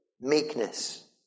meekness